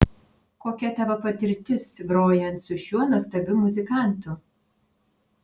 kokia tavo patirtis grojant su šiuo nuostabiu muzikantu